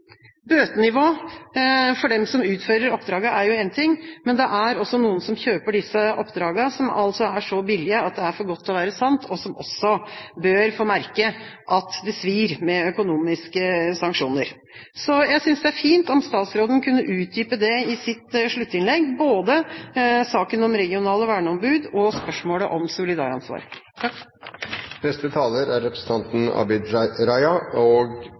for dem som utfører oppdraget, er én ting, men det er også noen som kjøper disse oppdragene som altså er så billige at det er for godt til å være sant, og som også bør få merke at det svir med økonomiske sanksjoner. Jeg synes det ville vært fint om statsråden i sitt sluttinnlegg kunne utdype både saken om regionale verneombud og spørsmålet om solidaransvar. Representanten Christoffersen var noe kritisk til interpellanten og interpellantens intensjoner. Selv om representanten